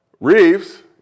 Reeves